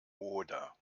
oder